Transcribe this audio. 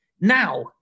now